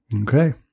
Okay